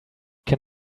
can